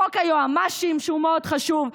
חוק היועמ"שים הוא מאוד חשוב.